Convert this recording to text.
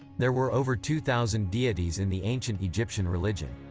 there were over two thousand deities in the ancient egyptian religion.